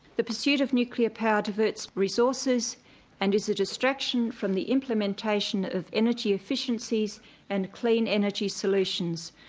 the pursuit of nuclear power diverts resources and is a distraction from the implementation of energy efficiencies and clean energy solutions.